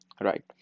Right